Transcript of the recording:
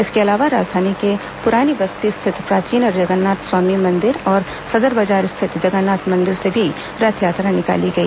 इसके अलावा राजधानी की पुरानी बस्ती स्थित प्राचीन जगन्नाथ स्वामी मंदिर और सदर बाजार स्थित जगन्नाथ मंदिर से भी रथयात्रा निकाली गई